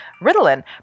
Ritalin